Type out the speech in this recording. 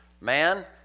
man